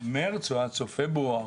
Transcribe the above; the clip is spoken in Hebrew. מרץ או עד סוף פברואר